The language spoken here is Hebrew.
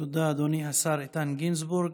תודה, אדוני השר איתן גינזבורג.